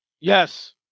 Yes